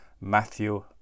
Matthew